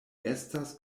estas